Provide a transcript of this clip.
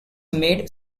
made